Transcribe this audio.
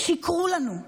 שיקרו לנו.